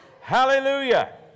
Hallelujah